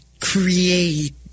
create